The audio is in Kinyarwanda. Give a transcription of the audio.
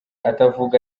atavuga